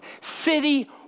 city